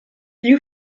you